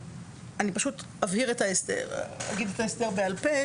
אני אגיד את ההסדר בעל פה,